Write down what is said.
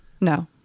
No